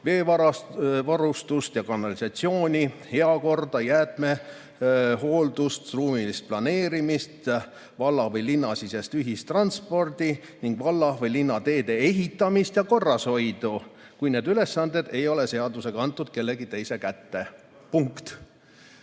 veevarustust ja kanalisatsiooni, heakorda, jäätmehooldust, ruumilist planeerimist, valla- või linnasisest ühistransporti ning valla või linna teede ehitamist ja korrashoidu, kui need ülesanded ei ole seadusega antud kellegi teise kätte. Punkt.